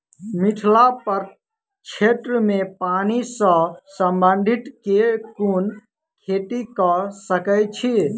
मिथिला प्रक्षेत्र मे पानि सऽ संबंधित केँ कुन खेती कऽ सकै छी?